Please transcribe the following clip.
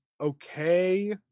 okay